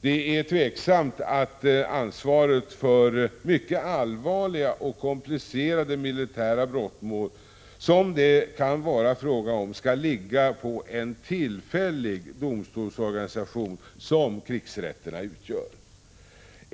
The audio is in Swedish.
Det är tveksamt att ansvaret för mycket allvarliga och komplicerade militära brottmål, som det kan vara fråga om, skall ligga på en tillfällig domstolsorganisation som krigsrätterna utgör.